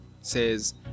says